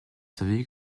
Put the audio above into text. savez